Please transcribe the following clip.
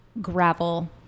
gravel